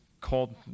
called